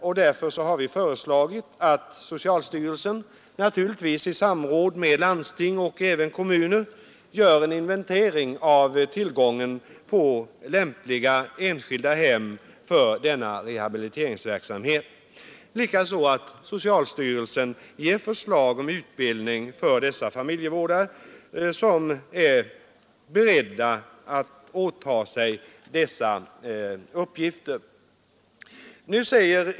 Vi har därför föreslagit att socialstyrelsen, naturligtvis i samråd med landsting och kommuner, gör en inventering av tillgången på enskilda hem lämpliga för denna rehabiliteringsverksamhet, likaså att socialstyrelsen ger förslag om utbildning för de familjevårdare som är beredda att åta sig dessa uppgifter.